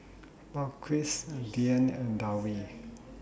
Balqis Dian and Dewi